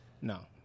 No